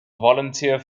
volunteer